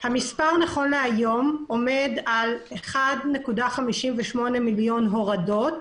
נכון להיום, עומד על 1.58 מיליון הורדות